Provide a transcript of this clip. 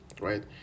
right